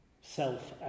self